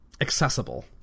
accessible